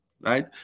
right